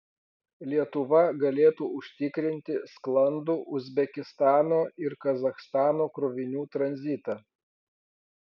lietuva galėtų užtikrinti sklandų uzbekistano ir kazachstano krovinių tranzitą